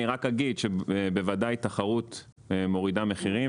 אני רק אגיד שבוודאי תחרות מורידה מחירים